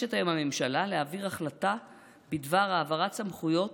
מבקשת היום הממשלה להעביר החלטה בדבר העברת סמכויות